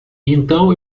então